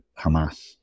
Hamas